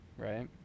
right